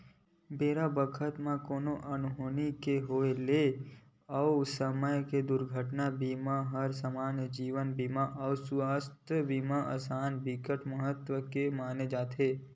बेरा बखत कोनो अनहोनी के होय ले ओ समे म दुरघटना बीमा हर समान्य जीवन बीमा अउ सुवास्थ बीमा असन बिकट महत्ता के माने जाथे